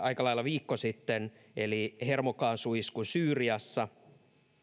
aika lailla viikko sitten hermokaasuisku syyriassa